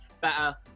better